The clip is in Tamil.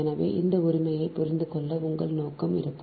எனவே இந்த உரிமையைப் புரிந்துகொள்ள உங்கள் நோக்கம் இருக்கும்